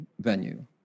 venue